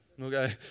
Okay